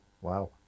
Wow